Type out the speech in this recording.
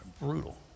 brutal